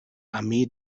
armee